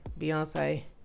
Beyonce